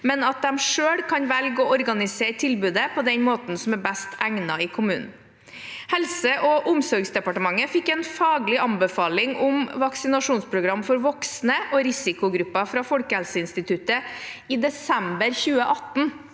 men at de selv kan velge å organisere tilbudet på den måten som er best egnet i kommunen. Helse- og omsorgsdepartementet fikk en faglig anbefaling om vaksinasjonsprogram for voksne og risikogrupper fra Folkehelseinstituttet i desember 2018.